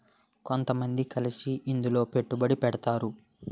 కొంతమంది కలిసి ఇందులో పెట్టుబడి పెడతారు